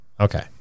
Okay